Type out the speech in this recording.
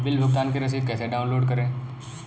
Bill भुगतान की रसीद कैसे डाउनलोड करें?